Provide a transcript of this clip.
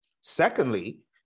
Secondly